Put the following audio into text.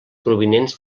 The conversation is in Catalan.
provinents